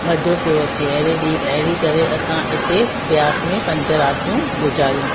मज़ो पियो अचे अहिड़े ॾींहुं अहिड़ी तरह असां इते ब्यास में पंज रातियूं गुज़ारियूं